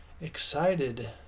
excited